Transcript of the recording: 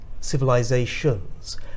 Civilizations